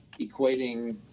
equating